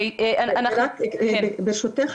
ברשותך,